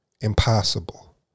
Impossible